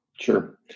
Sure